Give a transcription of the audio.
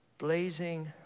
blazing